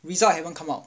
result haven't come out